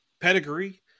pedigree